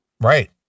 Right